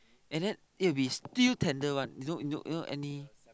and then it will be still tender one you know you know you know any